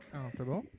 Comfortable